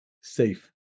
safe